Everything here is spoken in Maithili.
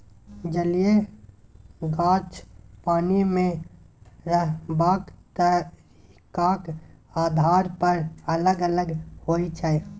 जलीय गाछ पानि मे रहबाक तरीकाक आधार पर अलग अलग होइ छै